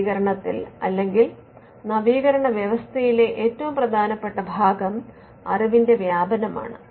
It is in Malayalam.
നവീകരണത്തിൽ അല്ലെങ്കിൽ നവീകരണ വ്യവസ്ഥയിലെ ഏറ്റവും പ്രധാനപ്പെട്ട ഭാഗം അറിവിന്റെ വ്യാപനമാണ്